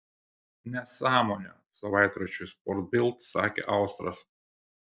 nesąmonė savaitraščiui sport bild sakė austras